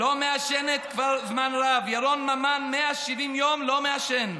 לא מעשנת כבר זמן רב, ירון ממן, 170 יום לא מעשן,